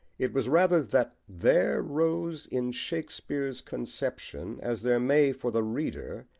it was rather that there rose in shakespeare's conception, as there may for the reader,